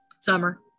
Summer